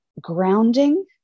grounding